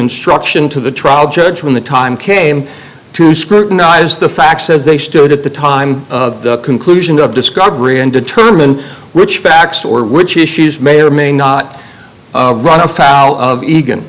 instruction to the trial judge when the time came to scrutinize the facts as they stood at the time of the conclusion of discovery and determine which facts or which issues may or may not run afoul of eagan